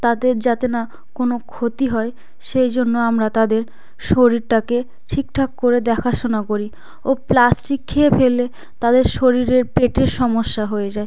তাদের যাতে না কোনো ক্ষতি হয় সেই জন্য আমরা তাদের শরীরটাকে ঠিকঠাক করে দেখাশোনা করি ও প্লাস্টিক খেয়ে ফেললে তাদের শরীরের পেটের সমস্যা হয়ে যায়